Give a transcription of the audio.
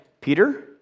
Peter